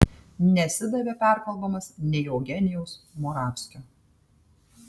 nesidavė perkalbamas nei eugenijaus moravskio